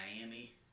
Miami